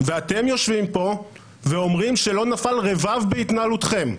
ואתם יושבים פה ואומרים שלא נפל רבב בהתנהלותכם,